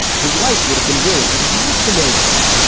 his life would have been ruined. and he has to know this.